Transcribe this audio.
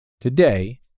today